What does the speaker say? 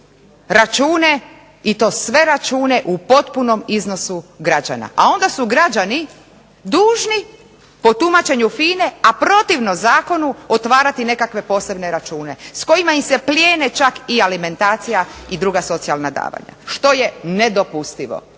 račune i to sve račune u potpunom iznosu građana, a onda su građani dužni po tumačenju FINA-e, a protivno zakonu otvarati nekakve posebne račune, s kojima im se plijene čak i alimentacija i druga socijalna davanja, što je nedopustivo.